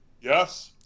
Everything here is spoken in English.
Yes